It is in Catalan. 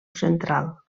central